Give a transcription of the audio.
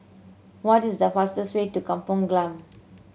what is the fastest way to Kampong Glam